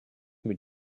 mit